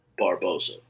Barbosa